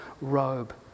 robe